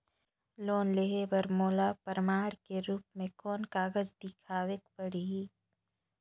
Loan लेहे बर मोला प्रमाण के रूप में कोन कागज दिखावेक पड़ही?